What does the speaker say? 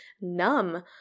numb